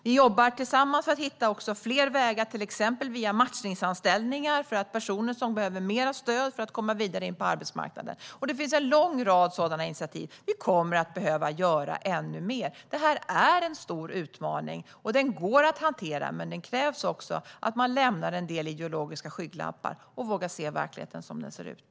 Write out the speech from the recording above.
Vi jobbar också tillsammans för att hitta fler vägar, till exempel via matchningsanställningar, för personer som behöver mer stöd för att komma vidare in på arbetsmarknaden. Det finns en lång rad sådana initiativ, och vi kommer att behöva göra ännu mer. Det är en stor utmaning, och den går att hantera. Men det krävs också att man lämnar en del ideologiska skygglappar och vågar se verkligheten som den ser ut.